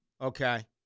Okay